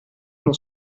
uno